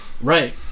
Right